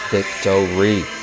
Victory